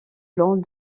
blanc